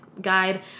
guide